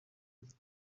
atatu